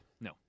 No